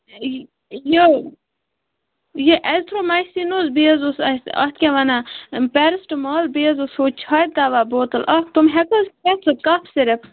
یہِ یہِ اٮ۪زتھرٛومایسِن اوس بیٚیہِ حظ اوس اَسہِ اَتھ کیٛاہ وَنان پیرَسٹٕمال بیٚیہِ حظ اوس ہُہ چھاتہِ دَوا بوتل اَکھ تِم ہیٚکوٕ حظ کھٮ۪تھ کَپھ سِرَپ